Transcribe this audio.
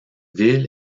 ville